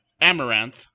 Amaranth